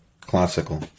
classical